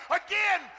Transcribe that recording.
again